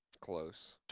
Close